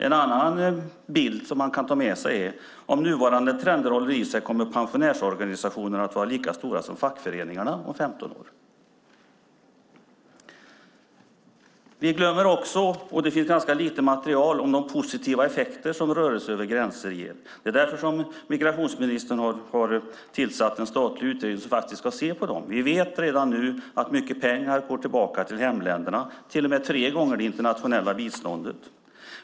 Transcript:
En annan bild man kan ta med sig är: Om nuvarande trender håller i sig kommer pensionärsorganisationerna att vara lika stora som fackföreningarna om 15 år. Vi glömmer också - och det finns ganska lite material om det - de positiva effekter som rörelser över gränser ger. Det är därför som migrationsministern har tillsatt en statlig utredning som ska se på dem. Vi vet redan nu att mycket pengar går tillbaka till hemländerna. Det är till och med tre gånger det internationella biståndet.